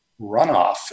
runoff